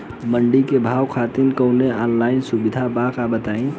मंडी के भाव खातिर कवनो ऑनलाइन सुविधा बा का बताई?